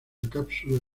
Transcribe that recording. cápsula